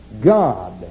God